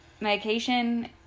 Medication